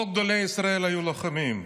כל גדולי ישראל היו לוחמים: